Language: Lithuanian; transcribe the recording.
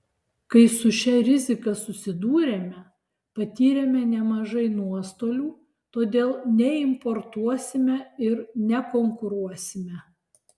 kai su šia rizika susidūrėme patyrėme nemažai nuostolių todėl neimportuosime ir nekonkuruosime